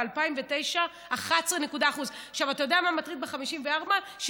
ב-2009, 11%. אתה יודע מה מטריד ב-54%?